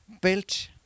built